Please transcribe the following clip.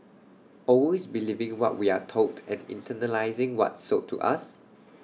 always believing what we are told and internalising what's sold to us